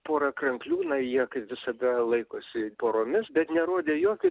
porą kranklių na jie kaip visada laikosi poromis bet nerodė jokių